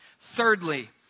Thirdly